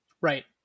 right